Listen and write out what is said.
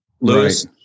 Lewis